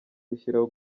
gushyiraho